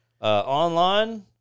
online